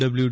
W